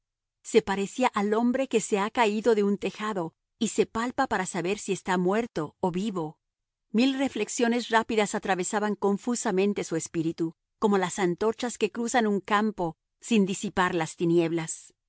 se parecía al hombre que se ha caído de un tejado y se palpa para saber si está muerto o vivo mil reflexiones rápidas atravesaban confusamente su espíritu como las antorchas que cruzan un campo sin disipar las tinieblas